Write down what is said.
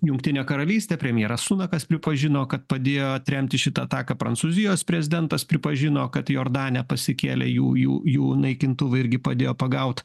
jungtinė karalystė premjeras sunakas pripažino kad padėjo atremti šitą ataką prancūzijos prezidentas pripažino kad jordane pasikėlė jų jų jų naikintuvai irgi padėjo pagaut